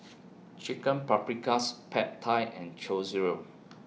Chicken Paprikas Pad Thai and Chorizo